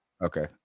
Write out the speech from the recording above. Okay